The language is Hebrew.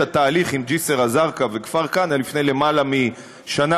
את התהליך עם ג'יסר א-זרקא וכפר כנא לפני למעלה משנה,